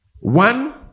One